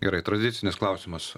gerai tradicinis klausimas